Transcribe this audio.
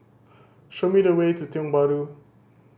show me the way to Tiong Bahru